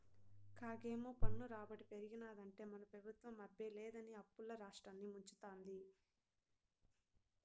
కాగేమో పన్ను రాబడి పెరిగినాదంటే మన పెబుత్వం అబ్బే లేదని అప్పుల్ల రాష్ట్రాన్ని ముంచతాంది